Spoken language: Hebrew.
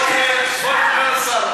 ביקש.